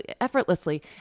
effortlessly